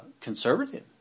conservative